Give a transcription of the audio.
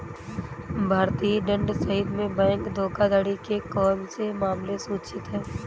भारतीय दंड संहिता में बैंक धोखाधड़ी के कौन से मामले सूचित हैं?